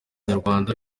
nyarwanda